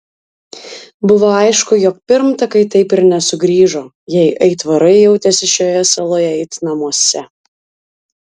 buvo aišku jog pirmtakai taip ir nesugrįžo jei aitvarai jautėsi šioje saloje it namuose